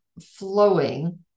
flowing